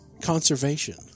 conservation